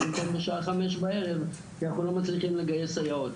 במקום בשעה 17:00 כי אנחנו לא מצליחים לגייס סייעות.